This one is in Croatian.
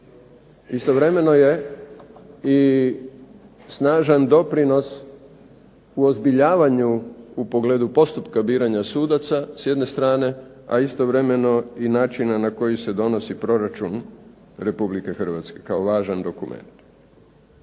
Istovremeno je i snažan doprinos uozbiljavanju u pogledu postupka biranja sudaca s jedne strane, a istovremeno i načina na koji se donosi proračun Republike Hrvatske, kao važan dokument.